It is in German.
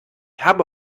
habe